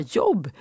jobb